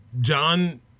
John